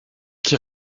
qui